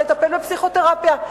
לטפל בפסיכותרפיה?